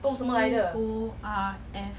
a lot of sports that are not recognised